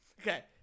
Okay